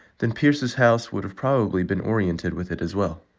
then pierce's house would have probably been oriented with it as well.